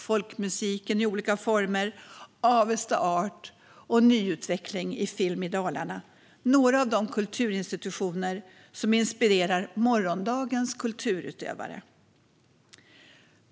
Folkmusiken i olika former, Avesta Art och nyutveckling i Film i Dalarna är några av de kulturinstitutioner som inspirerar morgondagens kulturutövare.